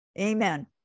Amen